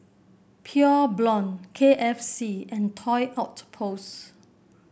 Pure Blonde K F C and Toy Outpost